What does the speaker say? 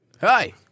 Hi